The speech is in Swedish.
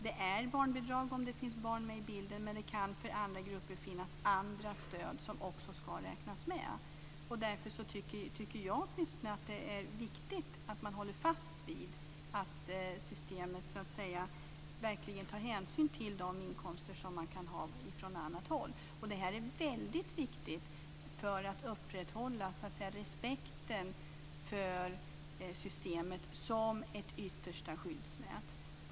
Det är barnbidrag om det finns barn med i bilden, men det kan finnas andra stöd för andra grupper som också ska räknas med. Jag tycker att det är viktigt att man håller fast vid att systemet verkligen tar hänsyn till de inkomster som man kan ha från annat håll. Detta är väldigt viktigt för att upprätthålla respekten för systemet som ett yttersta skyddsnät.